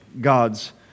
God's